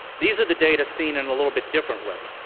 these are the data seen in a little bit different way.